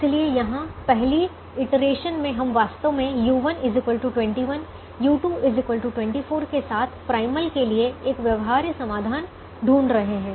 इसलिए यहाँ पहली इटरेशन में हम वास्तव में u1 21 u2 24 के साथ प्राइमल के लिए एक व्यवहार्य समाधान ढूंढ रहे हैं